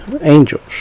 angels